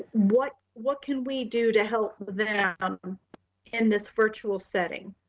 what what can we do to help them in this virtual setting?